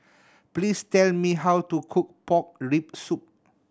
please tell me how to cook pork rib soup